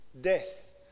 death